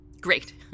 Great